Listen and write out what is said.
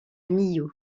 millau